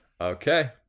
Okay